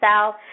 South